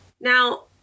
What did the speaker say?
now